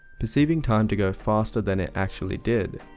perceiving time to go faster than it actually did,